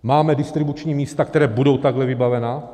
Máme distribuční místa, která budou takhle vybavena?